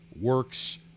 works